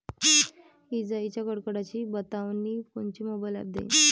इजाइच्या कडकडाटाची बतावनी कोनचे मोबाईल ॲप देईन?